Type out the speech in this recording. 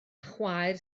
chwaer